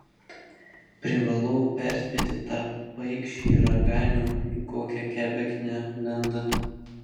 privalau perspėti tą paikšį raganių į kokią kebeknę lenda